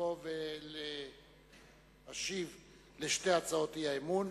לבוא ולהשיב על שתי הצעות האי-אמון.